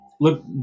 Look